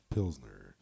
Pilsner